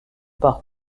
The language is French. par